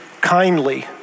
kindly